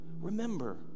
remember